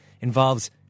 involves